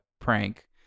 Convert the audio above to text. prank